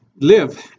live